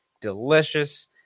delicious